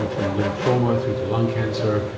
ah from lymphoma through to lung cancer,